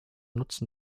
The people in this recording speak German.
nutzen